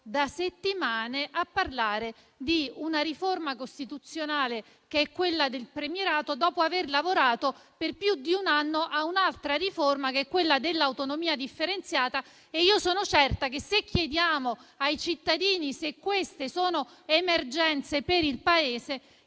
da settimane a parlare di una riforma costituzionale, quella del premierato, dopo aver lavorato per più di un anno a un'altra riforma, quella dell'autonomia differenziata, e io sono certa che, se chiediamo ai cittadini se queste sono emergenze per il Paese,